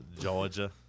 Georgia